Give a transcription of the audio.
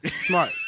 smart